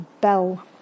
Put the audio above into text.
bell